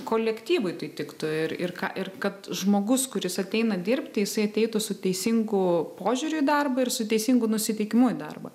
kolektyvui tai tiktų ir ir ką ir kad žmogus kuris ateina dirbti jisai ateitų su teisingu požiūriu į darbą ir su teisingu nusiteikimu į darbą